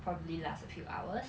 probably last a few hours